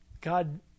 God